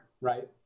right